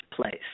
place